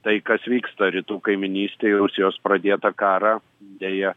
tai kas vyksta rytų kaimynystėj į rusijos pradėtą karą deja